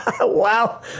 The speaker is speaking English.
Wow